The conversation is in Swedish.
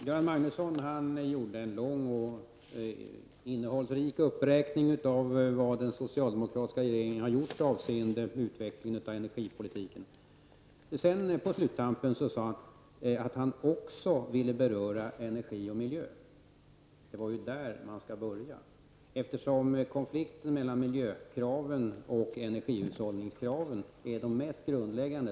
Fru talman! Göran Magnusson gjorde en lång och innehållsrik uppräkning av vad den socialdemokratiska regeringen har gjort i utvecklingen av energipolitiken. På sluttampen sade han att han också ville beröra miljö och energi. Det är ju där man skall börja, eftersom konflikten mellan miljökraven och energihushållningskraven är de mest grundläggande.